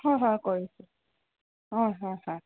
হয় হয় কৰিছোঁ অঁ হয় হয়